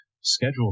schedule